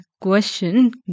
question